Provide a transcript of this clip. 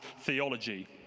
theology